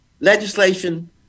Legislation